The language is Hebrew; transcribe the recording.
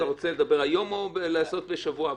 -- אז אתה רוצה לדבר היום או בשבוע הבא?